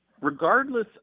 regardless